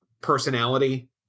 personality